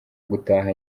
gutaha